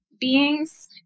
beings